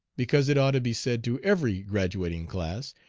because it ought to be said to every graduating class,